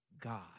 God